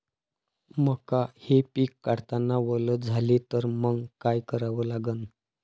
मका हे पिक काढतांना वल झाले तर मंग काय करावं लागन?